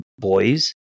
boys